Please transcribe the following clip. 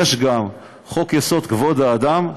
יש גם חוק-יסוד: כבוד האדם,